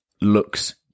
looks